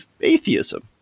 atheism